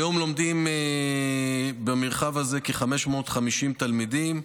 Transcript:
היום לומדים במרחב הזה כ-550 תלמידים,